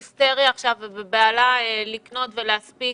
צהריים טובים לכולם,